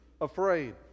afraid